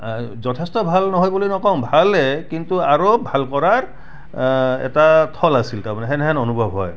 আ যথেষ্ট ভাল নহয় বুলি নকওঁ ভালে কিন্তু আৰু ভাল কৰাৰ এটা থল আছিল তাৰমানে সেনেহেন অনুভৱ হয়